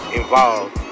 involved